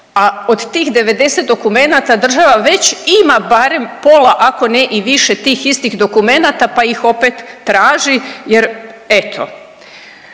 a od tih 90 dokumenata država već ima barem pola, ako ne i više tih istih dokumenata pa ih opet traži jer eto.